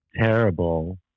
Terrible